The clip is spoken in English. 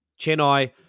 Chennai